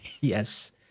Yes